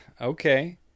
okay